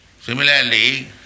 Similarly